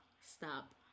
stop